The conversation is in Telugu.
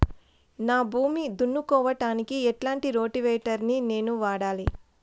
నా భూమి దున్నుకోవడానికి ఎట్లాంటి రోటివేటర్ ని నేను వాడాలి?